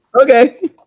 Okay